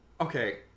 Okay